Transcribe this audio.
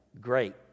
great